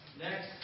next